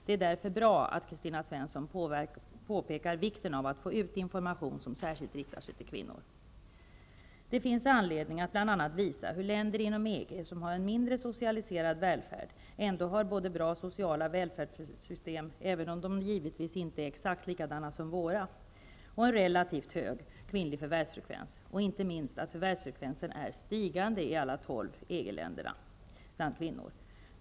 Det är därför bra att Kristina Svensson påpekar vikten av att få ut information som särskilt riktar sig till kvinnor. Det finns bl.a. anledning att visa hur länder inom EG som har en mindre socialiserad välfärd ändå har bra sociala välfärdssystem, även om de givetvis inte är exakt likadana som våra, en relativt hög kvinnlig förvärvsfrekvens, och inte minst att förvärvsfrekvensen är stigande bland kvinnor i alla tolv EG-länderna.